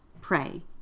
pray